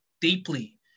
deeply